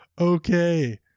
okay